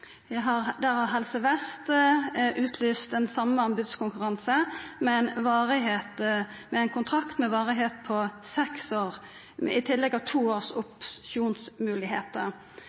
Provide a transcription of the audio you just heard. har Helse Vest utlyst ein samla anbodskonkurranse med kontraktar med varigheit på seks år, i tillegg til ein to års